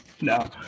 No